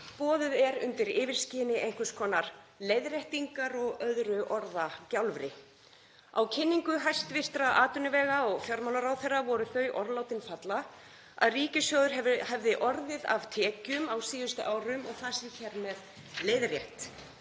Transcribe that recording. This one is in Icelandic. boðuð er undir yfirskini einhvers konar leiðréttingar og annars orðagjálfurs. Á kynningu hæstv. atvinnuvegaráðherra og hæstv. fjármálaráðherra voru þau orð látin falla að ríkissjóður hefði orðið af tekjum á síðustu árum og það sé hér með leiðrétt.